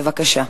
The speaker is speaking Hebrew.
בבקשה.